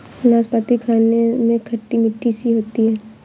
नाशपती खाने में खट्टी मिट्ठी सी होती है